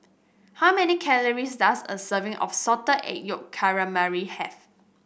how many calories does a serving of Salted Egg Yolk Calamari have